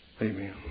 Amen